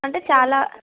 అంటే చాలా